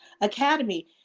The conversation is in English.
Academy